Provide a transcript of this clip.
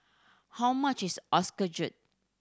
how much is